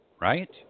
right